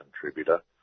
contributor